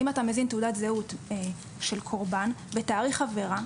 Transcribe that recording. אם אתה מביא תעודת זהות של קורבן ותאריך עבירה,